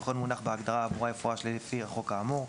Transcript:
וכל מונח בהגדרה האמורה יפורש לפי החוק האמור".